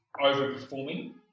overperforming